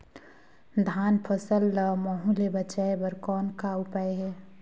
धान फसल ल महू ले बचाय बर कौन का उपाय हे?